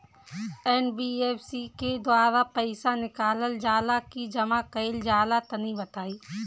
NBFC के द्वारा पईसा निकालल जला की जमा कइल जला तनि बताई?